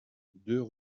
deux